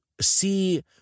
see